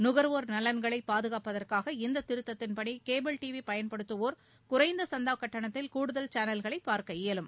நுகர்வோர் நலன்களை பாதுகாப்பதற்காக இந்த திருத்தத்தின்படி கேபிள் டிவி பயன்படுத்துவோர் குறைந்த சந்தா கட்டணத்தில் கூடுதல் சேனல்களை பார்க்க இயலும்